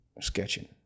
sketching